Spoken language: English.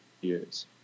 years